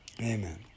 Amen